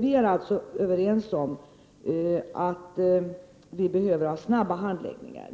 Vi är alltså överens om att det är nödvändigt med snabba handläggningar.